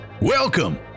welcome